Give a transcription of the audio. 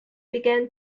began